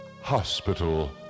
Hospital